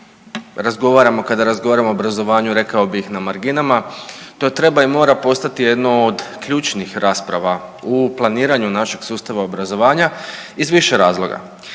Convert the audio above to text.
razgovaramo kada razgovaramo o obrazovanju rekao bih na marginama. To treba i mora postati jedno od ključnih rasprava u planiranju našeg sustava obrazovanja iz više razloga.